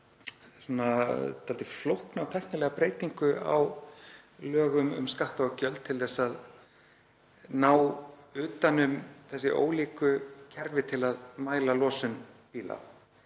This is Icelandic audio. dálítið flókna tæknilega breytingu á lögum um skatta og gjöld til þess að ná utan um þessi ólíku kerfi til að mæla losun bíla,